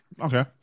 Okay